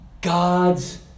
God's